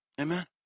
Amen